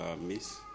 miss